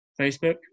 Facebook